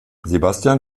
sebastian